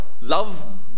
love